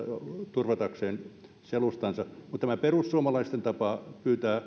turvatakseen selustansa mutta tämä perussuomalaisten ja muiden tapa